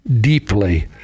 deeply